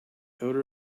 odor